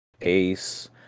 ace